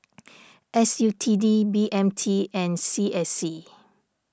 S U T D B M T and C S C